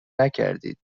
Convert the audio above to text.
نکردید